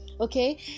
Okay